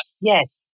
Yes